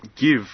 give